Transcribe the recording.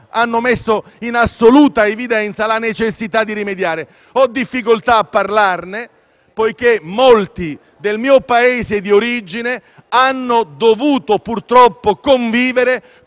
hanno riconosciuto ed evidenziato la necessità di rimediare. Ho difficoltà a parlarne poiché molti del mio paese di origine hanno dovuto purtroppo convivere